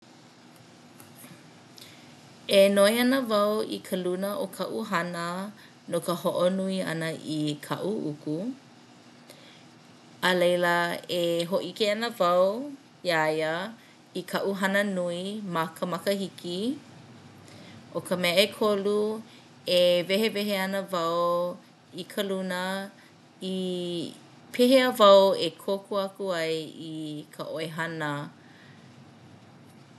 E noi ana wau i ka luna o kaʻu hana no ka hoʻonui ʻana i kaʻu uku. A laila e hōʻike ana wau iā ia i kaʻu hana nui ma ka makahiki. ʻO ka mea ʻekolu e wehewehe ana wau i ka luna i pehea wau e kōkua aku ai i ka ʻoihana.